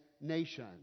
nation